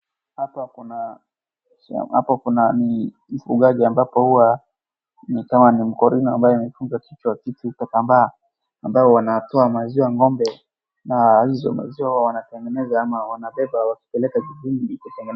Hapa kuna ni mfugaji ambapo huwa ni kama ni mokorino ambaye amefunga kichwa kitu kitambaa ambao wanatoa maziwa ng'ombe na hizo maziwa wanatengeneza ama wanabeba wakipeleka jibini.